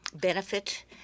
benefit